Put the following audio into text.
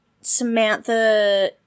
Samantha